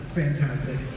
fantastic